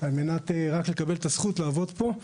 על מנת לקבל את הזכות לעבוד פה.